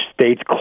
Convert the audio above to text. states